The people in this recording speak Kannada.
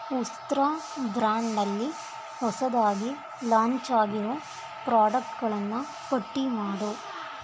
ಉಸ್ತ್ರ ಬ್ರ್ಯಾಂಡ್ನಲ್ಲಿ ಹೊಸದಾಗಿ ಲಾಂಚಾಗಿರೊ ಪ್ರೋಡಕ್ಟ್ಗಳನ್ನು ಪಟ್ಟಿ ಮಾಡು